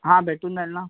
हां भेटून जाईल ना